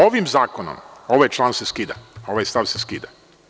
Ovim zakonom, ovaj član se skida, ovaj stav se skida.